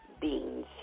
beans